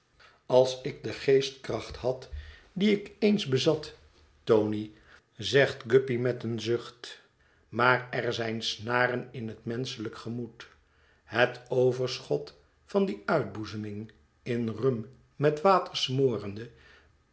als ik de geestkracht had die ik eens bezat tony zegt guppy met een zucht maar er zijn snaren in het menschelijk gemoed het overschot van die uitboezeming in rum met water